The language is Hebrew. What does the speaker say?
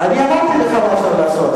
אני אמרתי לך מה אפשר לעשות,